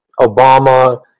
Obama